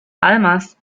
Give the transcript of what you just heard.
además